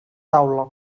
taula